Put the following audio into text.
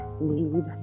need